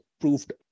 proved